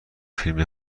فیلم